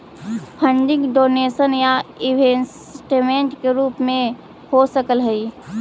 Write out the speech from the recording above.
funding donation या investment के रूप में हो सकऽ हई